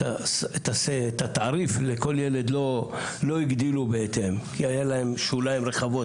את התעריף לכל ילד לא הגדילו בהתאם כי היה להם שוליים רחבים,